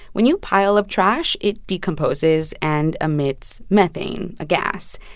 when you pile up trash, it decomposes and emits methane, a gas.